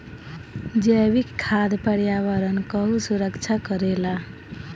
जैविक खाद पर्यावरण कअ सुरक्षा करेला